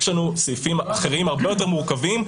יש לנו סעיפים אחרים הרבה יותר מורכבים,